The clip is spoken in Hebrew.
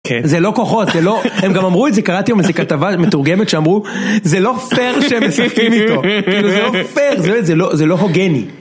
כן, זה לא כוחות, זה לא, הם גם אמרו את זה, קראתי היום איזו כתבה מתורגמת שאמרו, זה לא פייר שהם משחקים איתו, זה לא פייר, זה לא הוגן.